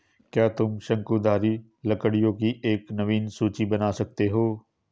क्या तुम शंकुधारी लकड़ियों की एक नवीन सूची बना सकते हो?